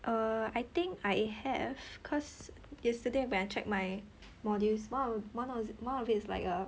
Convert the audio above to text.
err I think I have cause yesterday when I check my modules one or one was one of it is like a